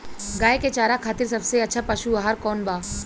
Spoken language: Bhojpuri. गाय के चारा खातिर सबसे अच्छा पशु आहार कौन बा?